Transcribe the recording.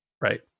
Right